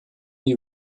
that